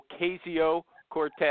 Ocasio-Cortez